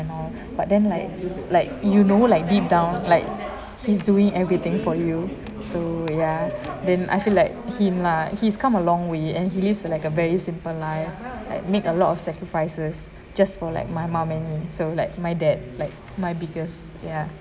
but then like like you know like deep down like he's doing everything for you so ya then I feel like him lah he's come along way and he lives like a very simple life like make a lot of sacrifices just for like my mom and me so like my dad like my biggest ya